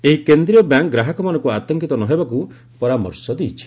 ଏହି କେନ୍ଦ୍ରୀୟ ବ୍ୟାଙ୍କ୍ ଗ୍ରାହକମାନଙ୍କୁ ଆତଙ୍କିତ ନ ହେବାକୁ ପରାମର୍ଶ ଦେଇଛି